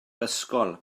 ysgol